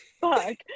fuck